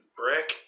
brick